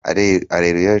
areruya